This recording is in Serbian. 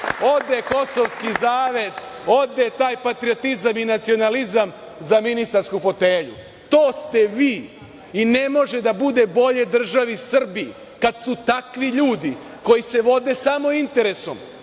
Ode kosovski zavet, ode taj patriotizam i nacionalizam za ministarsku fotelju. To ste vi i ne može da bude bolje državi Srbiji kad su takvi ljudi koji se vode samo interesom.